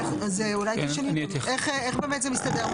אז איך באמת זה מסתדר?